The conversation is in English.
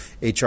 HR